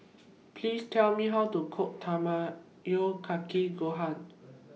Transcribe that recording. Please Tell Me How to Cook Tamago Kake Gohan